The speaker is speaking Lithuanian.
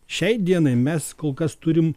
šiai dienai mes kol kas turim